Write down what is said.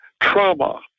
trauma